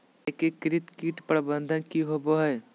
एकीकृत कीट प्रबंधन की होवय हैय?